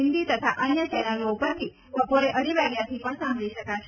હિન્દી તથા અન્ય ચેનલો ઉપરથી બપોરે અઢી વાગ્યાથી પણ સાંભળી શકાશે